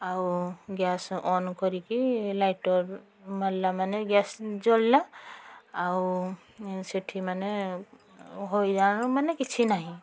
ଆଉ gas on କରିକି lighter ମାରିଲା ମାନେ ଗ୍ୟାସ୍ ଜଳିଲା ଆଉ ସେଠି ମାନେ ହଇରାଣ ମାନେ କିଛି ନାହିଁ